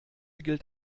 gilt